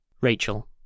Rachel